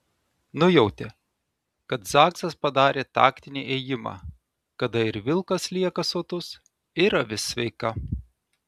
nujautė kad zaksas padarė taktinį ėjimą kada ir vilkas lieka sotus ir avis sveika